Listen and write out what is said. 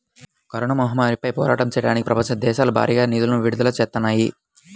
corona మహమ్మారిపై పోరాటం చెయ్యడానికి ప్రపంచ దేశాలు భారీగా నిధులను విడుదల చేత్తన్నాయి